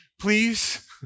please